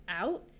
out